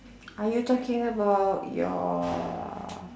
are you talking about your